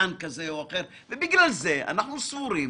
בגלל זה אנחנו סבורים